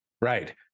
Right